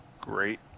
great